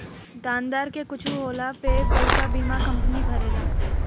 देनदार के कुछु होखला पे पईसा बीमा कंपनी भरेला